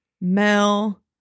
Mel